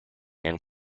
and